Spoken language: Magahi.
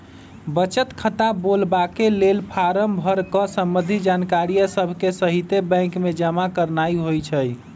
बचत खता खोलबाके लेल फारम भर कऽ संबंधित जानकारिय सभके सहिते बैंक में जमा करनाइ होइ छइ